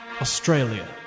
Australia